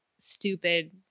stupid